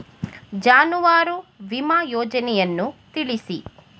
ಜಾನುವಾರು ವಿಮಾ ಯೋಜನೆಯನ್ನು ತಿಳಿಸಿ?